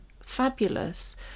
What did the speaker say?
fabulous